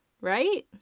right